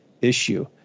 issue